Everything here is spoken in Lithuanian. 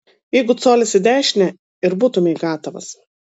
jeigu colis į dešinę ir būtumei gatavas